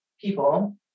people